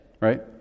right